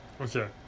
Okay